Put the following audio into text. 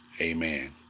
Amen